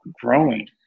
growing